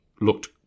looked